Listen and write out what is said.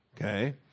okay